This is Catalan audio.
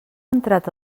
entrat